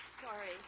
Sorry